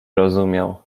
rozumiał